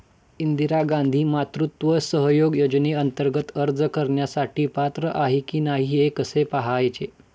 इंदिरा गांधी मातृत्व सहयोग योजनेअंतर्गत अर्ज करण्यासाठी पात्र आहे की नाही हे कसे पाहायचे?